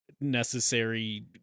necessary